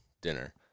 dinner